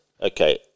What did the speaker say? okay